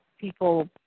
people